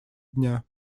дня